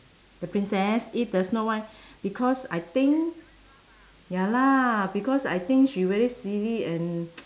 the princess eat the snow white because I think ya lah because I think she really silly and